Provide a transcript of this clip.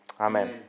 Amen